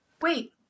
Wait